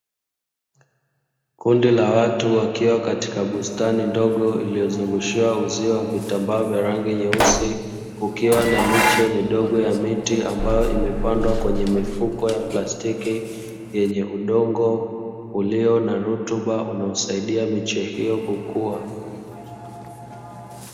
Kundi la watu wakiwa katika bustani ndogo iliyozungushiwa uzio wa vitambaa vya rangi nyeusi, kukiwa na miche midogo ya miti ambayo imepandwa kwenye mifuko ya plastiki yenye udongo ulio na rutuba, unaosaidia miche hiyo kukua.